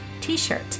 t-shirt